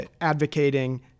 advocating